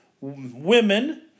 women